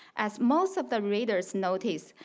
as most of the readers notice,